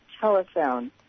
telephone